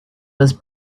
was